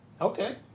Okay